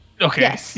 okay